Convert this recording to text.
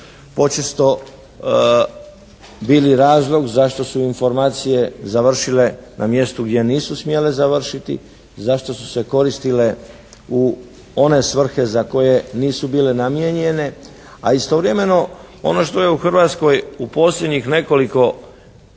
počesto bili razlog zašto su informacije završile na mjestu gdje nisu smjele završiti, zašto su se koristile u one svrhe za koje nisu bile namijenjene. A istovremeno ono što je u Hrvatskoj u posljednjih nekoliko